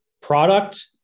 product